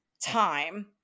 time